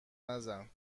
نزن